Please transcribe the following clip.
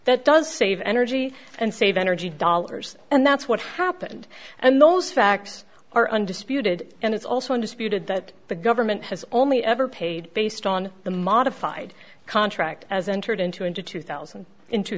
that does save energy and save energy dollars and that's what happened and those facts are undisputed and it's also undisputed that the government has only ever paid based on the modified contract as entered into into two thousand in two